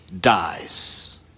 dies